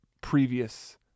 previous